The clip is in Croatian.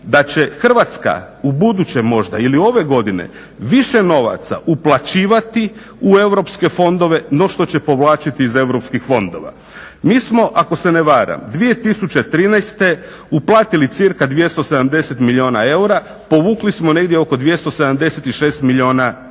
da će Hrvatska ubuduće možda ili ove godine više novaca uplaćivati u europske fondove, no što će povlačiti iz europskih fondova. Mi smo, ako se ne varam, 2013. uplatili cca 270 milijuna eura, povukli smo negdje oko 276 milijuna eura,